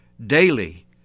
daily